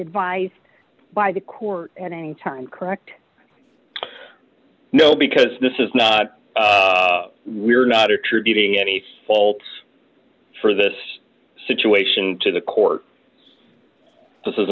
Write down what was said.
advice by the court at any time correct no because this is not we're not attributing any faults for this situation to the court this is